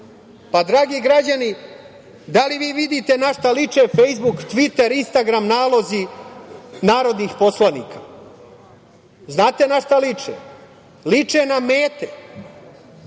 građani, da li vi vidite našta liče Fejsbuk, Tviter, Instagram nalozi narodnih poslanika? Znate na šta liče? Liče na mete.